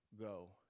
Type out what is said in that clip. Go